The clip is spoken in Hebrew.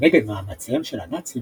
כנגד מאמציהם של הנאצים,